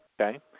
Okay